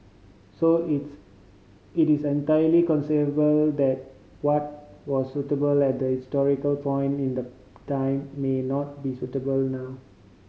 so it's it is entirely conceivable that what was suitable that historical point in the time may not be suitable now